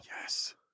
Yes